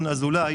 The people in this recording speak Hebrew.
נכון.